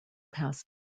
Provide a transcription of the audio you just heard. past